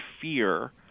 fear